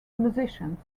musicians